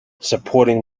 supporting